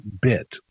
bit